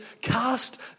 cast